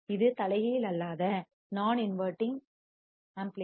இது தலைகீழ் அல்லாத நான் இன்வடிங் பெருக்கி